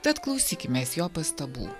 tad klausykimės jo pastabų